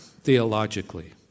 theologically